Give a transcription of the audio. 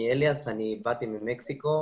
אני באתי ממקסיקו,